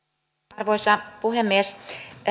arvoisa puhemies